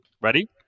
Ready